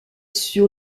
sur